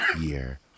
year